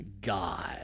God